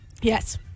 Yes